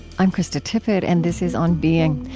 i'm krista tippett, and this is on being.